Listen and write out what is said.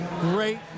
great